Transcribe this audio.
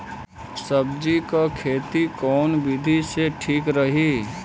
सब्जी क खेती कऊन विधि ठीक रही?